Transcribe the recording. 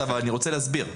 אני רוצה להסביר,